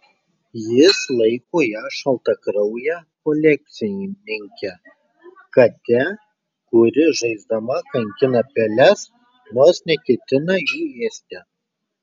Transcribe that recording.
jis laiko ją šaltakrauje kolekcininke kate kuri žaisdama kankina peles nors neketina jų ėsti